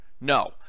No